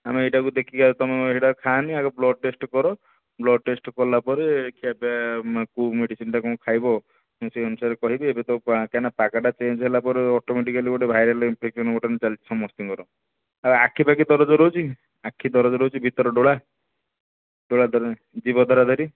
ଆମେ ଏଟାକୁ ଦେଖିକି ଆଉ ତୁମେ ହେଟା ଖାଆନି ଆଗ ବ୍ଳଡ଼୍ ଟେଷ୍ଟ୍ କର ବ୍ଳଡ଼୍ ଟେଷ୍ଟ୍ କଲା ପରେ ଖିଆ ପିଆ କେଉଁ ମେଡିସିନ୍ଟା କ'ଣ ଖାଇବ ମୁଁ ସେଅନୁସାରେ କହିବି ଏବେ କାହିଁକିନା ପାଗଟା ଚେଞ୍ଜ୍ ହେଲା ପରେ ଅଟୋମେଟିକାଲି ଗୋଟେ ଭାଇରାଲ୍ ଇନ୍ଫେକ୍ସନ୍ ଗୋଟେ ଏମିତି ଚାଲିଛି ସମସ୍ତଙ୍କର ଆଖି ଫାକି ଦରଜ ରହୁଛିକି ଆଖି ଦରଜ ରହୁଛି ଭିତର ଡୋଳା ଜିଭ ଧରା ଧରି